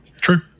True